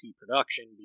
production